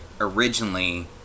originally